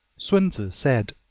sun tzu said